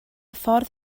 ffordd